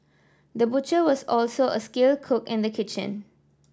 the butcher was also a skilled cook in the kitchen